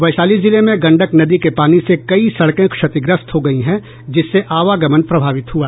वैशाली जिले में गंडक के नदी पानी से कई सड़कें क्षतिग्रस्त हो गयी हैं जिससे आवागमन प्रभावित हुआ है